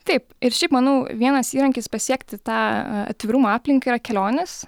taip ir šiaip manau vienas įrankis pasiekti tą atvirumą aplinkai yra kelionės